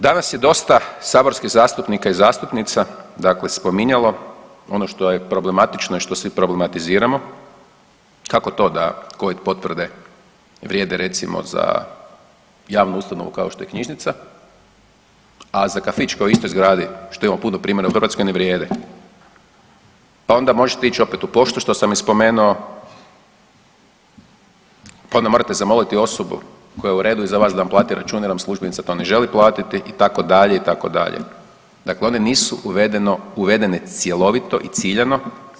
Danas je dosta saborskih zastupnika i zastupnica dakle spominjalo ono što je problematično i što svi problematiziramo kako to da covid potvrde vrijede recimo za javnu ustanovu kao što je knjižnica, a za kafić koji je u istoj zgradi, što ima puno primjera u Hrvatskoj, ne vrijede, pa onda možete ić opet u poštu što sam i spomenuo, pa onda morate zamoliti osobu koja je u redu iza vas da vam plati račun jer vam službenica to ne želi platiti itd. itd., dakle one nisu uvedene cjelovito i ciljano.